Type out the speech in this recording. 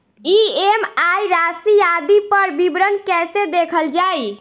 EMI राशि आदि पर विवरण कैसे देखल जाइ?